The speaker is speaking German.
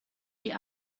die